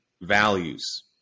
values